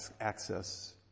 access